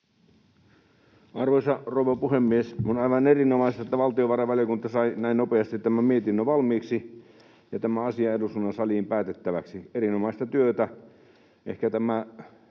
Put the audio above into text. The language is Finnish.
Arvoisa rouva puhemies! On aivan erinomaista, että valtiovarainvaliokunta sai näin nopeasti tämän mietinnön valmiiksi ja asian eduskunnan saliin päätettäväksi — erinomaista työtä. Ehkä tämä